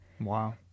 Wow